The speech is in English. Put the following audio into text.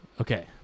Okay